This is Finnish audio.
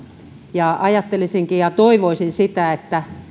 ja ajattelisinkin ja toivoisin sitä että